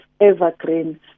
Evergreen